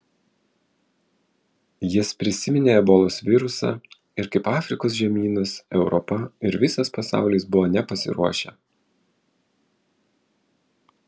jis prisiminė ebolos virusą ir kaip afrikos žemynas europa ir visas pasaulis buvo nepasiruošę